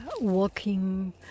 walking